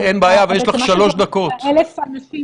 שבעצם 1,000 אנשים